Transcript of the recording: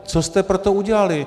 Co jste pro to udělali?